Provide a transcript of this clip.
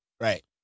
Right